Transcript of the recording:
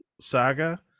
saga